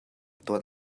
tuan